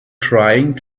trying